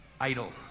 idol